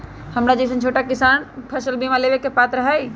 हमरा जैईसन छोटा मोटा किसान फसल बीमा लेबे के पात्र हई?